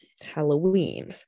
Halloween